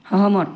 সহমত